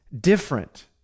different